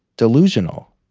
delusional.